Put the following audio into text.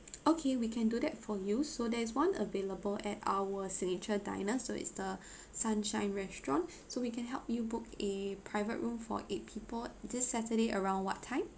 okay we can do that for you so there's one available at our signature diners so it's the sunshine restaurant so we can help you book a private room for eight people this saturday around what time